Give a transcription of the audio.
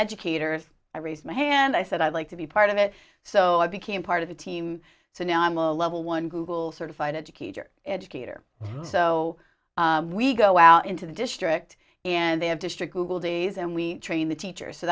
educators i raised my hand i said i'd like to be part of it so i became part of the team so now i'm a level one google certified educator educator so we go out into the district and they have district google d s and we train the teachers so